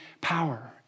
power